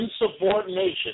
insubordination